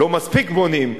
לא מספיק בונים,